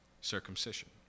circumcision